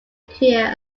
career